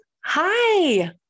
Hi